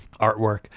artwork